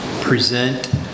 present